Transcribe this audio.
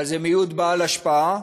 אבל זה מיעוט בעל השפעה,